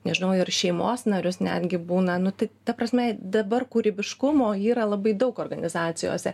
nežinau ir šeimos narius netgi būna nu tai ta prasme dabar kūrybiškumo yra labai daug organizacijose